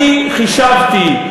אני חישבתי,